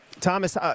Thomas